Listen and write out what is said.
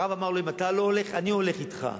הרב אמר לו: אם אתה לא הולך, אני הולך אתך.